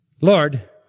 Lord